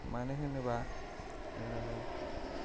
मानो होनोबा